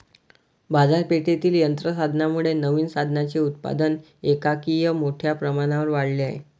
बाजारपेठेतील यंत्र साधनांमुळे नवीन साधनांचे उत्पादन एकाएकी मोठ्या प्रमाणावर वाढले आहे